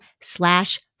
slash